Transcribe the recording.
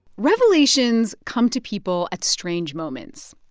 revelations come to people at strange moments.